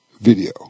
video